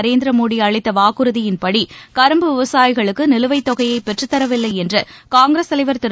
நரேந்திர மோடி அளித்த வாக்குறுதியின்படி கரும்பு விவசாயிகளுக்கு நிலுவைத் தொகையை பெற்றுத்தரவில்லை என்று காங்கிரஸ் தலைவர் திரு